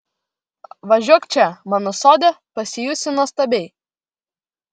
važiuok čia mano sode pasijusi nuostabiai